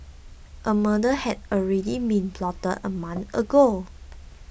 a murder had already been plotted a month ago